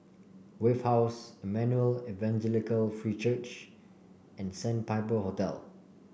Wave House Emmanuel Evangelical Free Church and Sandpiper Hotel